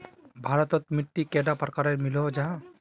भारत तोत मिट्टी कैडा प्रकारेर मिलोहो जाहा?